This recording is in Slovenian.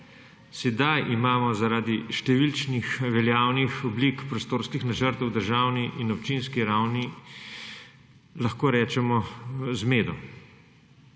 Sedaj imamo zaradi številčnih veljavnih oblik prostorskih načrtov na državni in občinski ravni, lahko rečemo, zmedo.